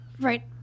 right